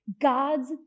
God's